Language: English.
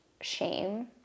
shame